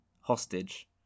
hostage